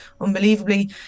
unbelievably